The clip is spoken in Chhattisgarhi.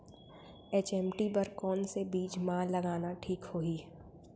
एच.एम.टी बर कौन से बीज मा लगाना ठीक होही?